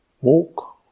walk